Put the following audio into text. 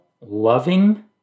loving